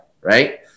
right